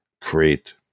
create